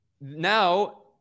now